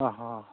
अह अ